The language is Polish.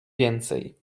więcej